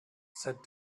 said